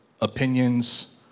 opinions